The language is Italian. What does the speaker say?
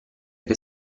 che